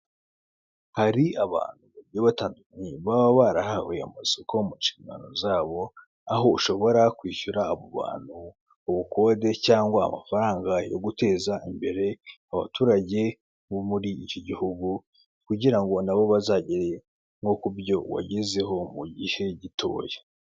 Hari abantu bagiye batandukanye, baba barahawe amasoko mu nshingano zabo, aho ushobora kwishyura abo bantu ubukode cyangwa amafaranga yo guteza imbere abaturage bo muri iki gihugu kugira ngo nabo bazagere no ku byo wagezeho mu gihe gitoya.